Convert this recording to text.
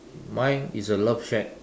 mine is a love shack